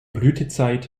blütezeit